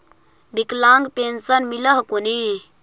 विकलांग पेन्शन मिल हको ने?